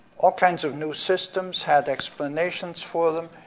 all kinds of new systems had explanations for them,